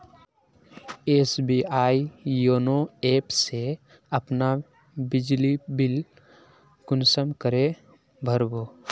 SBI YONO app से अपना बिजली बिल कुंसम करे भर बो?